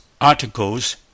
articles